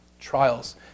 trials